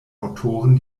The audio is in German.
autoren